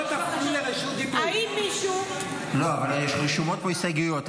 לא, אבל רשומות פה הסתייגויות.